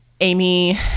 Amy